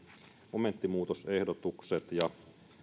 momenttimuutosehdotukset ja